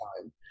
time